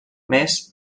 més